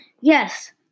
yes